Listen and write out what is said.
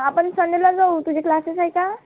आपण संडेला जाऊ तुझे क्लासेस आहे का